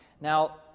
Now